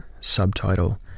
subtitle